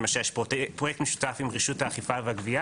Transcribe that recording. למשל יש פרויקט משותף עם רשות האכיפה והגבייה